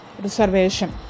reservation